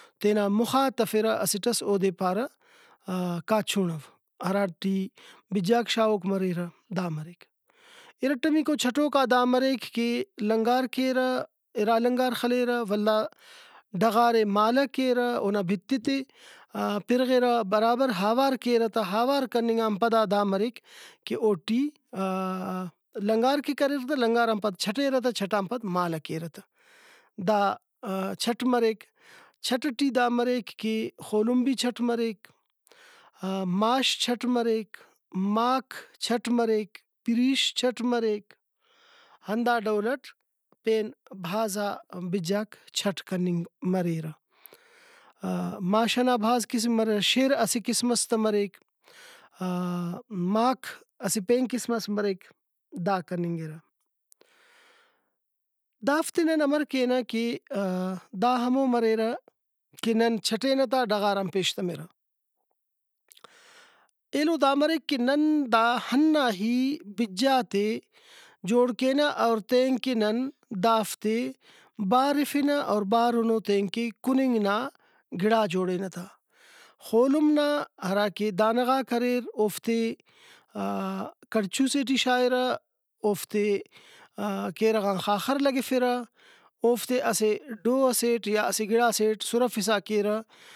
تینا مُخا تفرہ اسٹ ئس اودے پارہ کاچوڑَو ہرا ٹی بِجاک شاغوک مریرہ دا مریک۔ اِرٹمیکو چھٹوکا دا مریک کہ لنگار کیرہ اِرا لنگار خلیرہ ولا ڈغارے مالہ کیرہ اونا بِتت ئے پرغرہ برابر آوار کیرہ تہ آوار کننگان پدا دا مریک کہ اوٹی لنگار کہ کریر تہ لنگاران پد چھٹیرہ تہ چھٹان پد مالہ کیرہ تہ دا چھٹ مریک۔ چھٹ ٹی دا مریک کہ خولم بھی چھٹ مریک ماش چھٹ مریک ماک چھٹ مریک پریش چھٹ مریک ہندا ڈول اٹ پین بھازا بِجاک چھٹ کننگ مریرہ۔ ماش ئنا بھاز قسم مریرہ شِر اسہ قسم ئس تہ ماک اسہ پین قسم ئس مریک دا کننگرہ۔ دافتے نن امر کینہ کہ دا ہمو مریرہ کہ نن چھٹینہ تا ڈغاران پیشتمرہ ایلو دا مریک کہ نن دا ہنا ہی بِجاتے جوڑ کینہ اور تینکہ نن دافتے بارِفنہ اور بارُنو تینکہ کُننگ نا گڑا جوڑینہ تا۔ خولم نا ہراکہ دانہ غاک اریر اوفتے کڑچو سے ٹی شاغرہ اوفتے کیرغان خاخر لگفرہ اوفتے اسہ ڈو ئسیٹ یا اسہ گڑاسیٹ سُرفسا کیرہ